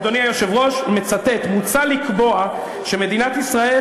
אדוני היושב-ראש: "מוצע לקבוע שמדינת ישראל